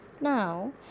Now